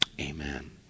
Amen